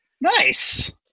Nice